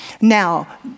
Now